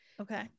Okay